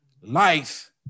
life